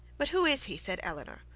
but who is he? said elinor.